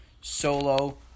Solo